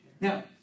Now